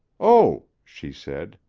oh, she said,